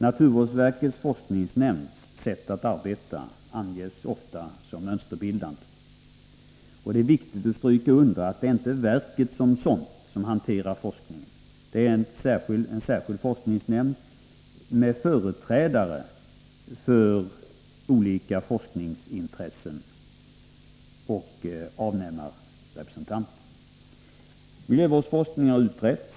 Naturvårdsverkets forskningsnämnds sätt att arbeta anges ofta som mönsterbildande. Det är viktigt att stryka under att det inte är verket som sådant som hanterar forskningen, utan en särskild forskningsnämnd med företrädare för olika forskningsintressen och avnämarrepresentanter. Miljövårdsforskningen har utretts.